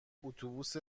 اتوبوس